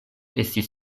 estis